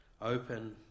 open